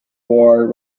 war